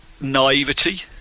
naivety